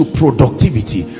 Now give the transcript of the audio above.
productivity